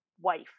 wife